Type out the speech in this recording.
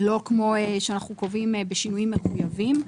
לא כמו שאנחנו קובעים בשינויים מחויבים,